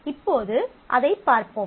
இப்போது அதைப் பார்ப்போம்